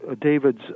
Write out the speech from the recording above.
David's